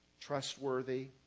trustworthy